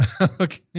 okay